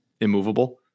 immovable